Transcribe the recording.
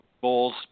goals